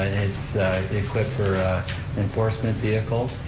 it's equipped for an enforcement vehicle,